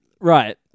Right